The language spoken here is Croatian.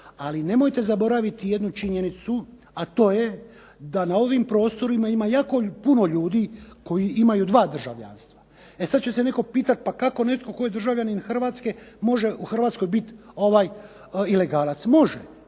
Ali nemojte zaboraviti jednu činjenicu, a to je da na ovim prostorima ima jako puno ljudi koji imaju dva državljanstva. E sada će se netko pitati pa kako netko tko je državljanin Hrvatske može u Hrvatskoj biti ilegalac. Može,